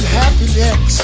happiness